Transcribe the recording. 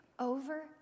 over